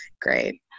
great